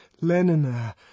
Lenina